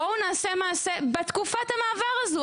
בואו נעשה מעשה בתקופת המעבר הזו,